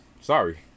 Sorry